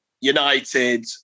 United